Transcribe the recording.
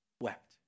wept